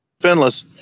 Finless